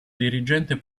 dirigente